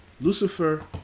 Lucifer